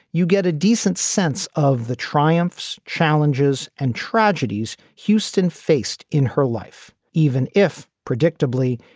you get a decent sense of the triumphs, challenges and tragedies houston faced in her life, even if, predictably,